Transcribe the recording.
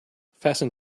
fasten